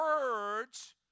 words